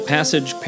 Passage